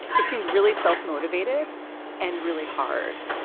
it seemed really self-motivated and really hard.